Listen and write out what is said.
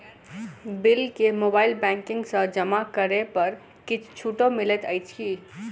Bill केँ mobile banking सँ जमा करै पर किछ छुटो मिलैत अछि की?